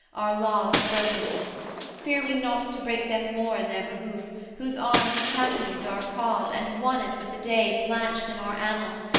our laws broken fear we not to break them more in their behoof, whose arms championed our cause and won it with a day blanched in our annals,